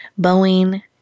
Boeing